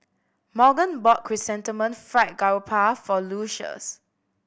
Morgan bought Chrysanthemum Fried Garoupa for Lucius